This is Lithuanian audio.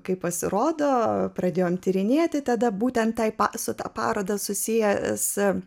kaip pasirodo pradėjom tyrinėti tada būtent tai su ta paroda susijęs